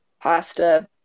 pasta